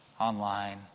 online